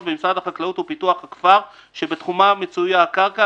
במשרד החקלאות ופיתוח הכפר שבתחומו מצויה הקרקע,